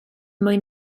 mwy